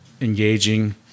engaging